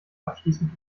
abschließend